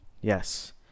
Yes